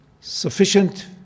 Sufficient